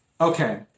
Okay